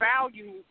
value